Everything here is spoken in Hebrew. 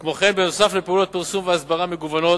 כמו כן, נוסף על פעולות פרסום והסברה מגוונות